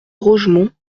rogemont